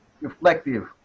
reflective